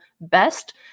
best